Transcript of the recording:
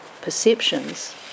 perceptions